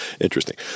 Interesting